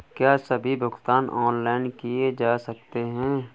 क्या सभी भुगतान ऑनलाइन किए जा सकते हैं?